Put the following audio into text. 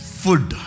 food